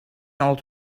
old